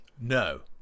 No